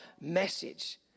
message